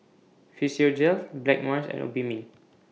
Physiogel Blackmores and Obimin